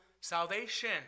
salvation